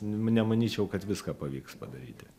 nemanyčiau kad viską pavyks padaryti